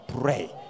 pray